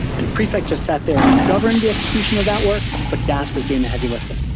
and prefect just sat there and govern the execution of that work, but dask was doing the heavy lifting.